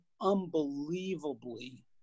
unbelievably